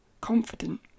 confident